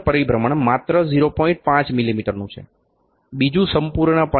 5 મીમીનું બીજું સંપૂર્ણ પરિભ્રમણ ફક્ત 0